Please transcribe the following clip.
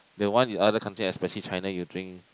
the one you other country especially China you drink